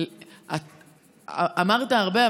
אמרת הרבה,